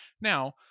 Now